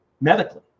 medically